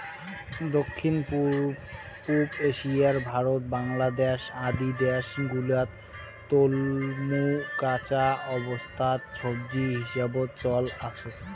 দক্ষিণ পুব এশিয়ার ভারত, বাংলাদ্যাশ আদি দ্যাশ গুলাত তলমু কাঁচা অবস্থাত সবজি হিসাবত চল আসে